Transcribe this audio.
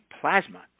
plasma